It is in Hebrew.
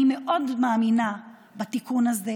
אני מאמינה מאוד בתיקון הזה.